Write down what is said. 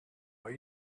are